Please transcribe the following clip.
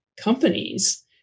companies